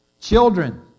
Children